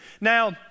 Now